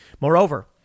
Moreover